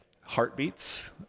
heartbeats